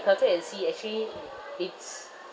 calculate and see actually it's